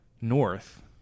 North